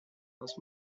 was